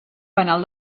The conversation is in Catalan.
penal